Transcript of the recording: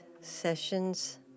sessions